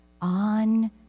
on